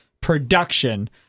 production